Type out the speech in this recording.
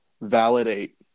validate